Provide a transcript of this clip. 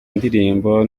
ndirimbo